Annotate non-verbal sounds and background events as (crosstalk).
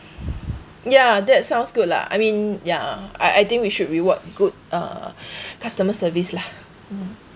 ya that sounds good lah I mean ya I I think we should reward good uh (breath) customer service lah mm